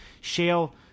Shale